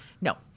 No